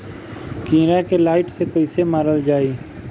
कीड़ा के लाइट से कैसे मारल जाई?